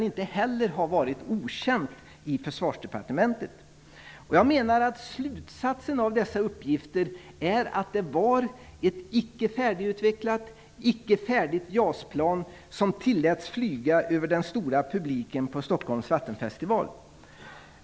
Inte heller detta kan ha varit okänt i Slutsatsen av dessa uppgifter är att det var ett icke färdigutvecklat och ett icke färdigt JAS-plan som tilläts flyga över den stora publiken på Stockholms vattenfestival.